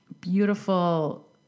beautiful